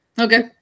okay